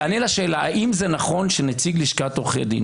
האם זה נכון שנציג לשכת עורכי הדין,